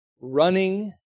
running